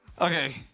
Okay